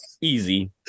Easy